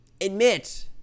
admit